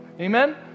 Amen